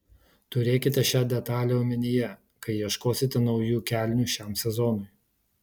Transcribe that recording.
turėkite šią detalę omenyje kai ieškosite naujų kelnių šiam sezonui